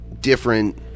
different